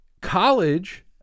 college